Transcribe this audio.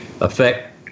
affect